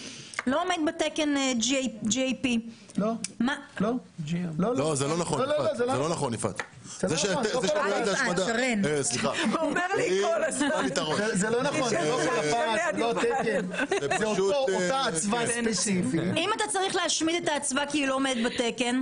לא עומד בתקן GAP. אם אתה צריך להשמיד את האצווה כי היא לא עומדת בתקן?